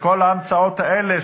כל ההמצאות האלה,